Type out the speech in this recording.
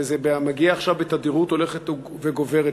וזה מגיע עכשיו בתדירות הולכת וגוברת.